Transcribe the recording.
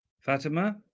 fatima